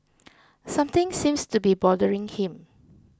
something seems to be bothering him